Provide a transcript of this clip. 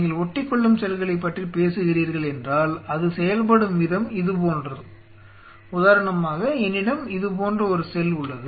நீங்கள் ஒட்டிக்கொள்ளும் செல்களைப் பற்றி பேசுகிறீர்கள் என்றால் அது செயல்படும் விதம் இது போன்றது உதாரணமாக என்னிடம் இது போன்ற ஒரு செல் உள்ளது